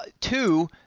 Two